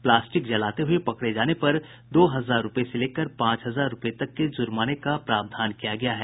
plastic जलाते हुये पकड़े जाने पर दो हजार रूपये से लेकर पांच हजार रूपये तक के जुर्माने का प्रावधान किया गया है